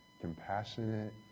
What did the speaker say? compassionate